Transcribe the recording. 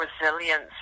resilience